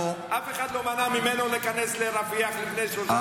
אף אחד לא מנע ממנו להיכנס לרפיח לפני שהוא נכנס.